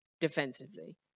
defensively